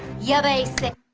ya basi